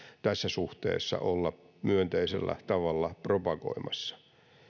tässä suhteessa olla myönteisellä tavalla propagoimassa